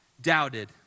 doubted